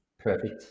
Perfect